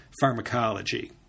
pharmacology